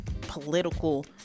political